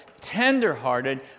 tenderhearted